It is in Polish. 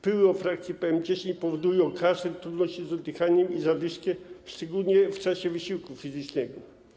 Pyły o frakcji PM10 powodują kaszel, trudności z oddychaniem i zadyszkę, szczególnie w czasie wysiłku fizycznego.